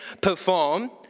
perform